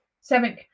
seven